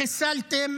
חיסלתם